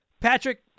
Patrick